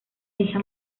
hija